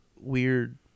weird